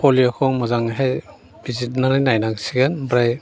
पलिय'खौ मोजाङैहाय बिजिरनानै नायनांसिगोन ओमफ्राय